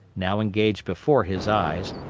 now engaged before his eyes,